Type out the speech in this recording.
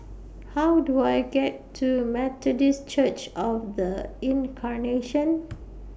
How Do I get to Methodist Church of The Incarnation